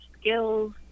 skills